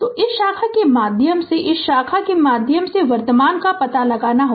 तो इस शाखा के माध्यम से और इस शाखा के माध्यम से वर्तमान का पता लगाएं